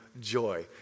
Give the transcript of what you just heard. joy